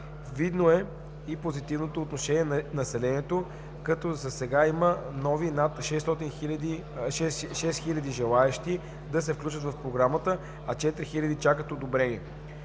Видно е и позитивното отношение на населението, като засега има нови над 6000 желаещи да се включат в програмата, а 4000 чакат одобрение.